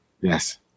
Yes